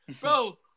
Bro